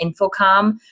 Infocom